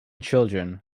children